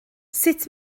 sut